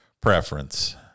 preference